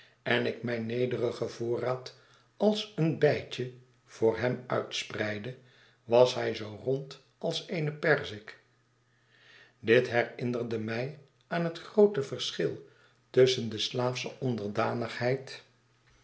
en ik mijn nederigen voorraad als een bijtje voor hem uitspreidde was hij zoo rond als eene perzik dit herinnerde mij aan het groote verschil tusschen de slaafsche onderdanigheid